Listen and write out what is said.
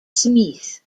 smith